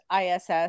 ISS